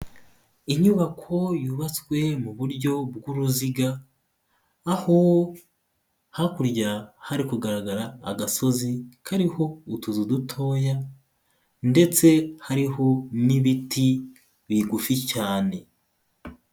Inyubako yubatswe mu buryo bw'uruziga, aho hakurya hari kugaragara agasozi kariho utuzu dutoya, ndetse hariho n'ibiti bigufi cyane.